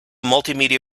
multimedia